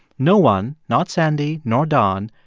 no one, not sandy nor don,